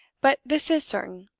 but this is certain,